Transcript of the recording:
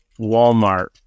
Walmart